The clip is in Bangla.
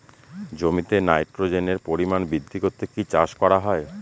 জমিতে নাইট্রোজেনের পরিমাণ বৃদ্ধি করতে কি চাষ করা হয়?